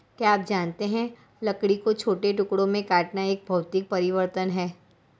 क्या आप जानते है लकड़ी को छोटे टुकड़ों में काटना एक भौतिक परिवर्तन है?